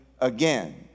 again